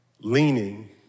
leaning